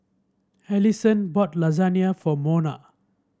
Allison bought Lasagne for Monna